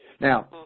Now